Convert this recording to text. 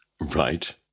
Right